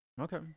Okay